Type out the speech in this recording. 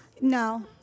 No